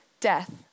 death